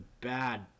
bad